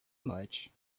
much